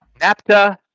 Napta